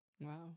wow